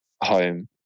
home